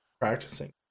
practicing